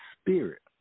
Spirit